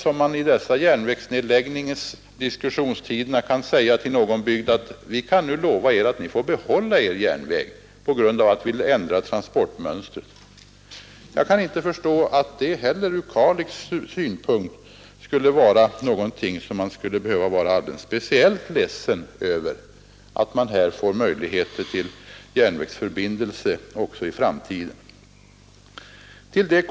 Jag kan inte förstå att det i dessa tider av diskussion om järnvägsnedläggningar ur Kalix synpunkt skulle vara speciellt ledsamt att man kan säga: Ni får behålla er järnväg på grund av att vi ändrar transportmönstret.